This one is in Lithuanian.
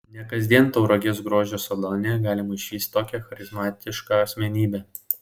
ne kasdien tauragės grožio salone galima išvysti tokią charizmatišką asmenybę